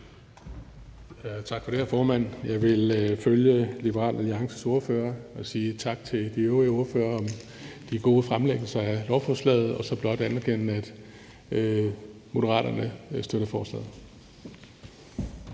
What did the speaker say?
Tak for det, formand. Jeg vil følge Liberal Alliances ordfører og sige tak til de øvrige ordførere for de gode fremlæggelser i forbindelse med lovforslaget, og så vil jeg blot tilkendegive, at Moderaterne støtter forslaget.